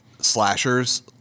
Slashers